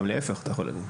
גם להיפך אתה יכול להגיד.